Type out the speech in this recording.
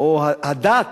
או הדת